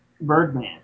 Birdman